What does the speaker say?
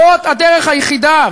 זאת הדרך היחידה.